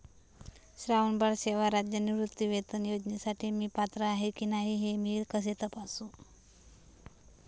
श्रावणबाळ सेवा राज्य निवृत्तीवेतन योजनेसाठी मी पात्र आहे की नाही हे मी कसे तपासू?